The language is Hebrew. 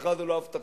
הבטחה זה לא הבטחה,